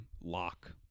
Lock